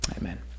Amen